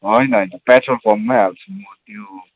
हैन हैन पेट्रोल पम्पमै हाल्छु